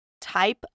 type